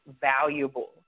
valuable